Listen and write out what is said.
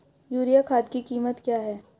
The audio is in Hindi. यूरिया खाद की कीमत क्या है?